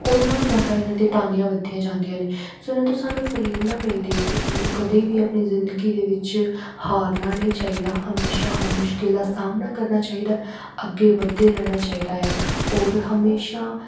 ਉਨਾਂ ਜ਼ਿਆਦਾ ਇਹਨਾਂ ਦੀ ਟਾਹਣੀਆਂ ਵੱਧਦੀਆਂ ਜਾਂਦੀਆਂ ਨੇ ਸੋ ਇਹਨਾਂ ਤੋਂ ਸਾਨੂੰ ਪ੍ਰੇਰਨਾ ਮਿਲਦੀ ਹੈ ਕਿ ਸਾਨੂੰ ਕਦੇ ਵੀ ਆਪਣੀ ਜ਼ਿੰਦਗੀ ਦੇ ਵਿੱਚ ਹਾਰਨਾ ਨਹੀਂ ਚਾਹੀਦਾ ਹਮੇਸ਼ਾ ਹਰ ਮੁਸ਼ਕਿਲ ਦਾ ਸਾਹਮਣਾ ਕਰਨਾ ਚਾਹੀਦਾ ਅੱਗੇ ਵੱਧਦੇ ਰਹਿਣਾ ਚਾਹੀਦਾ ਆ ਔਰ ਹਮੇਸ਼ਾ